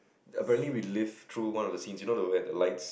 apparently we live through one of the scenes you know the where the lights